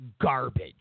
garbage